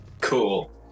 Cool